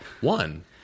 One